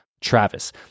Travis